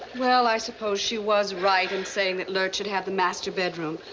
well, i suppose she was right in saying that lurch should have the master bedroom.